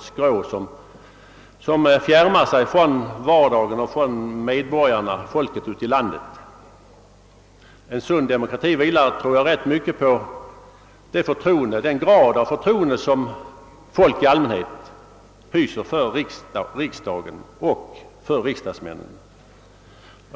skrå som fjärmar sig från vardagen och från medborgarna, från folket ute i landet. En sund demokrati vilar rätt mycket på den grad av förtroende som folk i allmänhet hyser för riksdagen och för riksdagsmännen.